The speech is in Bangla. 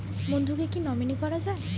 বন্ধুকে কী নমিনি করা যায়?